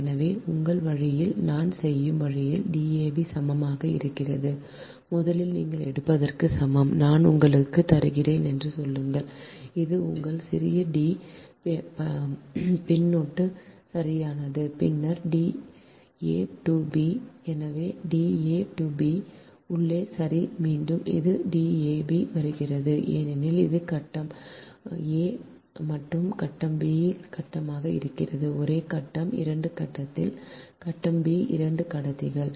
எனவே உங்கள் வழியில் நான் செய்யும் வழியில் Dab சமமாக இருக்கிறது முதலில் நீங்கள் எடுப்பதற்கு சமம் நான் உங்களுக்கு தருகிறேன் என்று சொல்லுங்கள் இது உங்கள் சிறிய D பின்னொட்டு சரியானது பின்னர் d a to b எனவே d a to b உள்ளே சரி மீண்டும் இது ஒரு dab வருகிறது ஏனெனில் இது கட்டம் a மற்றும் b இல் கட்டமாக இருக்கும் ஒரே கட்டம் இரண்டு கடத்திகள் கட்டம் b இரண்டு கடத்திகள்